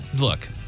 Look